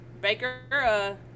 Baker